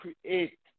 create